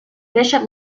bishop